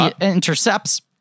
intercepts